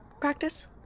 practice